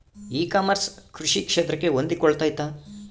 E commerce ಕೃಷಿ ಕ್ಷೇತ್ರಕ್ಕೆ ಹೊಂದಿಕೊಳ್ತೈತಾ?